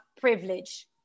privilege